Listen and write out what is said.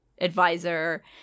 advisor